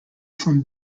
from